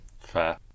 fair